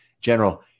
general